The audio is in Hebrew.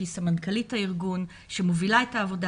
סמנכ"לית הארגון ושמובילה את העבודה,